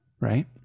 right